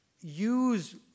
use